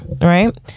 right